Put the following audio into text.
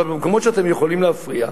אבל במקומות שאתם יכולים להפריע,